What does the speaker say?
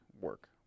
work